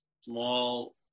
small